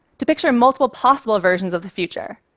to picture multiple possible versions of the future.